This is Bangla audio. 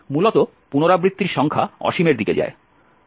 মূলত পুনরাবৃত্তির সংখ্যা অসীমের দিকে যায়